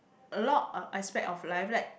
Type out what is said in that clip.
a lot of aspect of life like